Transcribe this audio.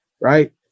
right